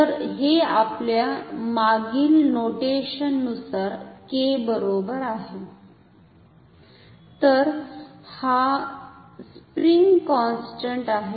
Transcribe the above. तर हे आपल्या मागील नोटेशन नुसार k बरोबर आहे तर हा स्प्रिंग कॉन्स्टंट आहे